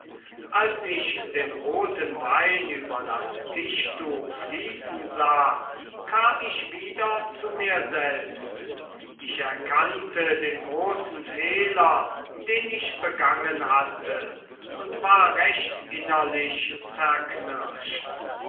als ich den roten wein über das tischtuch fließen sah kam ich wieder zu mir selbst ich erkannte den großen fehler den ich begangen hatte und war recht innerlich zerknirscht